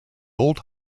old